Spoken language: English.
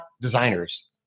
designers